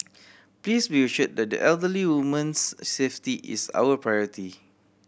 please be assured that the elderly woman's safety is our priority